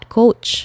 coach